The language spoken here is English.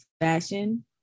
fashion